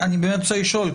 אני באמת רוצה לשאול,